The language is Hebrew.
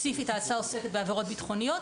ההצעה עוסקת ספציפית בעבירות בטחוניות,